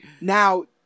Now